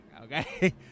Okay